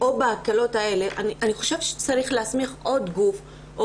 או בהקלות האלה אני חושבת שצריך להסמיך עוד גוף או